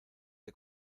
que